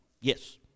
Yes